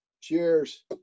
cheers